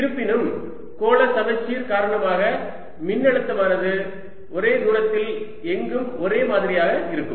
இருப்பினும் கோள சமச்சீர் காரணமாக மின்னழுத்தமானது ஒரே தூரத்தில் எங்கும் ஒரே மாதிரியாக இருக்கும்